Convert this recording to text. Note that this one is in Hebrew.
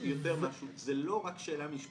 אני אגיד עוד יותר, זו לא רק שאלה משפטית.